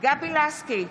גבי לסקי,